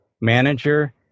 manager